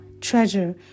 Treasure